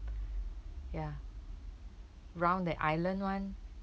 ya round the island [one]